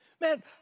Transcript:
Man